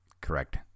Correct